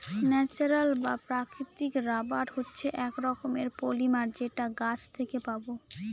natural বা প্রাকৃতিক rubber হচ্ছে এক রকমের পলিমার যেটা গাছ থেকে পাবো